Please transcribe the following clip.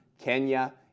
Kenya